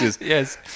Yes